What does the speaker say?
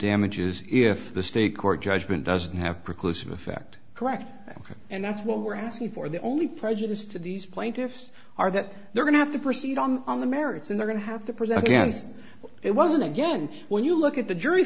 damages if the state court judgment doesn't have precluded effect correct and that's what we're asking for the only prejudice to these plaintiffs are that they're going to have to proceed on the merits and the going to have to present against it wasn't again when you look at the jury